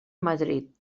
madrid